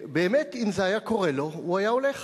ובאמת, אם זה היה קורה לו הוא היה הולך.